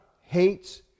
hates